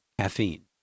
caffeine